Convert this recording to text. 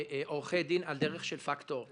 -- עורכי דין על דרך של פקטור.